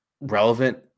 relevant